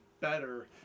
better